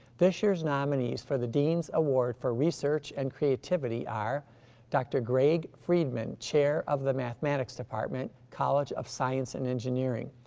this year's nominees for the dean's award for research and creativity are dr. greg friedman, chair of the mathematics department, college of science and engineering,